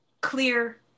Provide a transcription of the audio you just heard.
Clear